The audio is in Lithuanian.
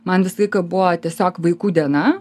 man visą laiką buvo tiesiog vaikų diena